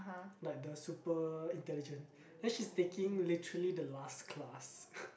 like the super intelligent then she's taking literally the last class